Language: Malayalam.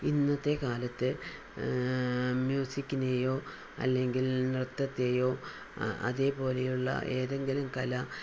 ഇന്നത്തെ കാലത്ത് മ്യൂസിക്കിനെയോ അല്ലെങ്കിൽ നൃത്തത്തേയോ അതുപോലെയുള്ള ഏതെങ്കിലും കല